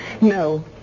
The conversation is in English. No